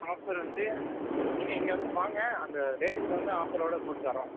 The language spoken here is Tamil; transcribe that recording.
ஆஃபர் வந்து நீங்கள் இங்கே வந்து வாங்க அந்த ரேட்டுக்கு தகுந்த ஆஃபரோடு போட்டுத்தரோம்